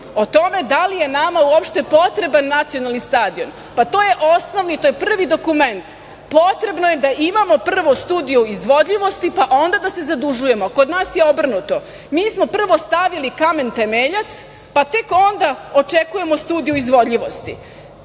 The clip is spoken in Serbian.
o tome da li je nama uopšte potreban nacionalni stadion? Pa, to je osnovni, to je prvi dokument, potrebno je da imamo prvo studio izvodljivosti, pa onda da se zadužujemo, kod nas je obrnuto. Mi smo prvo stavili kamen temeljac, pa tek onda očekujemo studiju izvodljivosti. Tako